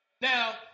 Now